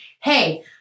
hey